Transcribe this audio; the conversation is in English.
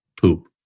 poop